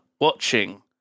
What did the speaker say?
watching